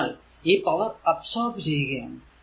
അതിനാൽ ഈ power absorb ചെയ്യുകയാണ്